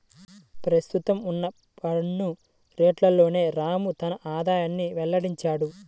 ప్రస్తుతం ఉన్న పన్ను రేట్లలోనే రాము తన ఆదాయాన్ని వెల్లడించాడు